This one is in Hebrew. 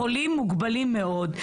החולים, מוגבלים מאוד.